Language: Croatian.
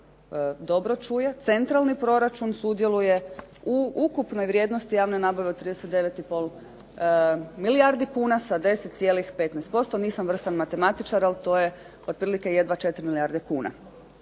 dobro čuje, centralni proračun sudjeluje u ukupnoj vrijednosti javne nabave od 39,5 milijarde kuna sa 10,15%, nisam vrstan matematičar, ali to je otprilike jedva 4 milijarde kuna.